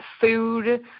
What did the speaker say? food